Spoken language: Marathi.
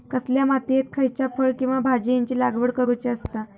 कसल्या मातीयेत खयच्या फळ किंवा भाजीयेंची लागवड करुची असता?